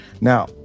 now